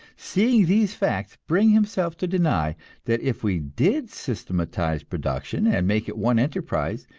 seeing these facts, bring himself to deny that if we did systematize production and make it one enterprise,